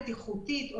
בטיחותית.